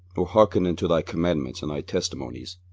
nor hearkened unto thy commandments and thy testimonies,